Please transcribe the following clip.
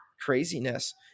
craziness